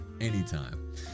anytime